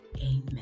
Amen